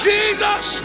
Jesus